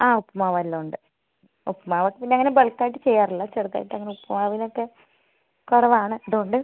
അതെ ഉപ്പുമാവ് എല്ലാം ഉണ്ട് ഉപ്പുമാവ് പിന്നെ അങ്ങനെ ബൾക്ക് ആയിട്ട് ചെയ്യാറില്ല ചെറുതായിട്ട് അങ്ങനെ ഉപ്പുമാവിനൊക്കെ കുറവാണ് അതുകൊണ്ട്